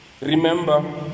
remember